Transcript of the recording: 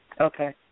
Okay